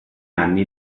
anni